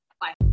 Bye